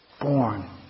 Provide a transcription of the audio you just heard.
Born